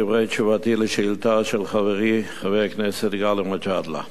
דברי תשובתי על השאילתא של חברי חבר הכנסת גאלב מג'אדלה: